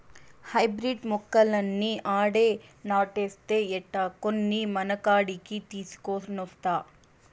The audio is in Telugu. హైబ్రిడ్ మొక్కలన్నీ ఆడే నాటేస్తే ఎట్టా, కొన్ని మనకాడికి తీసికొనొస్తా